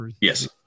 Yes